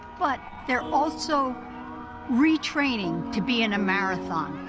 but they're also retraining to be in a marathon,